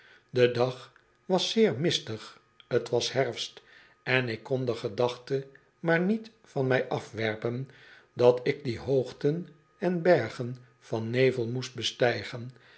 de dag was zeer mistig t was herfst en ik kon de gedachte maar niet van mij afwerpen dat ik die hoogten en bergen van nevel moest bestijgen